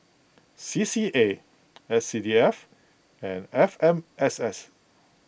C C A S C D F and F M S S